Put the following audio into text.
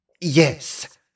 Yes